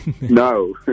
No